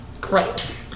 great